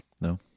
No